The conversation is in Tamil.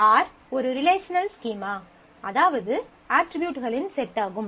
R ஒரு ரிலேஷனல் ஸ்கீமா அதாவது அட்ரிபியூட்களின் செட்டாகும்